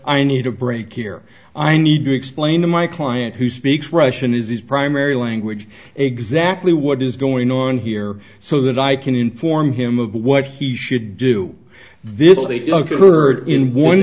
i need a break here i need to explain to my client who speaks russian is his primary language exactly what is going on here so that i can inform him of what he should do this